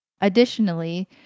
Additionally